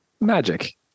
magic